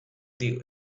the